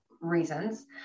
reasons